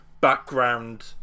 background